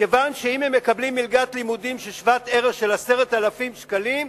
כיוון שאם הם מקבלים מלגת לימודים שהיא שוות ערך ל-10,000 שקלים,